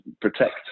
protect